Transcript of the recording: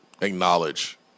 acknowledge